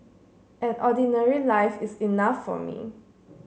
an ordinary life is enough for me